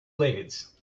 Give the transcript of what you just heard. blades